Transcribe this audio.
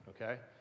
Okay